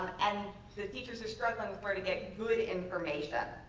and the teachers are struggling with where to get good information.